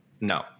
No